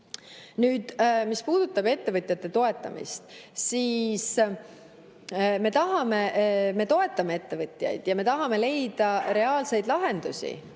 korda. Mis puudutab ettevõtjate toetamist, siis me toetame ettevõtjaid ja me tahame leida reaalseid lahendusi.